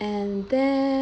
and then